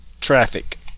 traffic